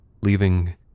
leaving